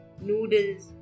noodles